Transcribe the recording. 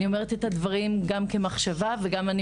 אני אומרת את הדברים גם כמחשבה וגם אני